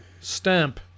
stamp